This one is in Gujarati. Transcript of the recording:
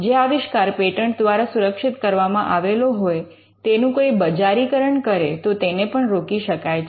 જે આવિષ્કાર પેટન્ટ દ્વારા સુરક્ષિત કરવામાં આવેલો હોય તેનું કોઈ બજારીકરણ કરે તો તેને પણ રોકી શકાય છ